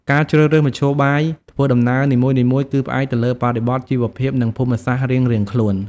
ការជ្រើសរើសមធ្យោបាយធ្វើដំណើរនីមួយៗគឺផ្អែកទៅលើបរិបទជីវភាពនិងភូមិសាស្ត្ររៀងៗខ្លួន។